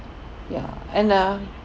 ya and uh